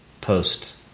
post